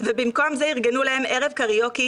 ובמקום זה ארגנו להם ערב קריוקי